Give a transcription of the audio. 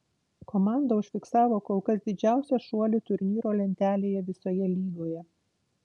komanda užfiksavo kol kas didžiausią šuolį turnyro lentelėje visoje lygoje